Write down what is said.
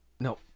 no